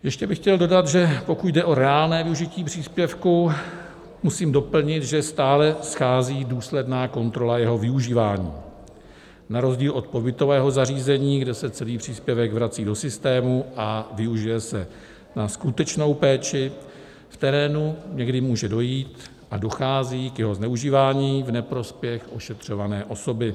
Ještě bych chtěl dodat, že pokud jde o reálné využití příspěvku, musím doplnit, že stále schází důsledná kontrola jeho využívání na rozdíl od pobytového zařízení, kde se celý příspěvek vrací do systému a využije se na skutečnou péči v terénu, kdy může dojít a dochází k jeho zneužívání v neprospěch ošetřované osoby.